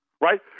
right